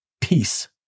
peace